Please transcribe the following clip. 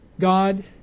God